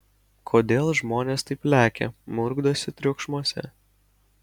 kodėl žmonės taip lekia murkdosi triukšmuose